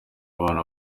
abana